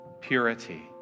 purity